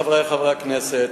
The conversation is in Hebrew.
חברי חברי הכנסת,